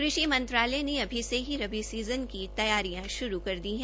कृषि मंत्रालय ने अभी से ही रबी सीज़न के तैयारियां शुरू कर दी है